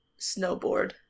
snowboard